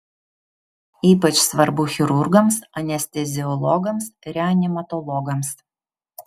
ypač svarbu chirurgams anesteziologams reanimatologams